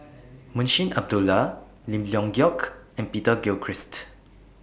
Munshi Abdullah Lim Leong Geok and Peter Gilchrist